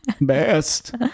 Best